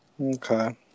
Okay